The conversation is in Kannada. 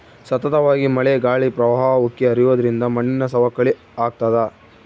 ಸತತವಾಗಿ ಮಳೆ ಗಾಳಿ ಪ್ರವಾಹ ಉಕ್ಕಿ ಹರಿಯೋದ್ರಿಂದ ಮಣ್ಣಿನ ಸವಕಳಿ ಆಗ್ತಾದ